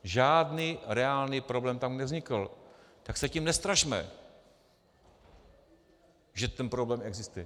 Žádný reálný problém tam nevznikl, tak se tím nestrašme, že ten problém existuje.